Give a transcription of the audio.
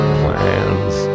plans